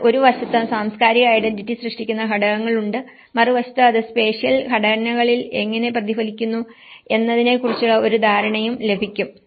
എന്നാൽ ഒരു വശത്ത് സാംസ്കാരിക ഐഡന്റിറ്റി സൃഷ്ടിക്കുന്ന ഘടനകൾ നമുക്കുണ്ട് മറുവശത്ത് അത് സ്പേഷ്യൽ ഘടനകളിൽ എങ്ങനെ പ്രതിഫലിക്കുന്നു എന്നതിനെക്കുറിച്ചുള്ള ഒരു ധാരണയും ലഭിക്കും